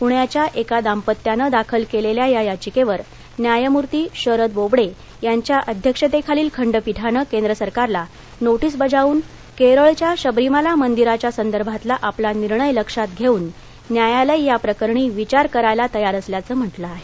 पुण्याच्या एका दाम्पत्यानं दाखल केलेल्या या याचिकेवर न्यायमूर्ती शरद बोबडे यांच्या अध्यक्षतेखालील खंडपीठानं केंद्र सरकारला नोटीस बजावून केरळच्या शबरीमला मंदिराच्या संदर्भातला आपला निर्णय लक्षात घेऊन न्यायालय या प्रकरणी विचार करायला तयार असल्याचं म्हंटल आहे